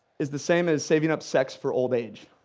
is the same as saving up sex for old age.